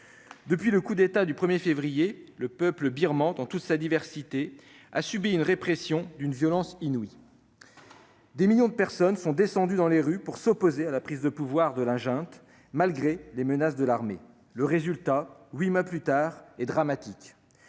Depuis le coup d'État du 1 février dernier, le peuple birman, dans toute sa diversité, a subi une répression d'une violence inouïe. Des millions de personnes sont descendues dans les rues pour s'opposer à la prise de pouvoir de la junte, malgré les menaces de l'armée. Le résultat, huit mois plus tard, est dramatique